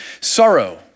sorrow